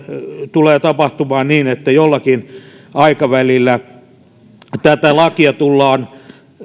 tulee tapahtumaan niin että jollakin aikavälillä tätä lakia tullaan